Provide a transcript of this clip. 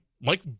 Mike